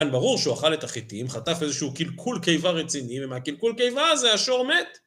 כאן ברור שהוא אכל את החיטים, חטף איזשהו קלקול קיבה רציני, ומהקלקול קיבה הזה, השור מת